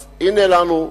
אז הנה לנו,